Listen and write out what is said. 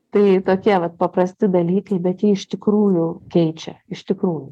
tai tokie vat paprasti dalykai bet jie iš tikrųjų keičia iš tikrųjų